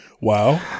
Wow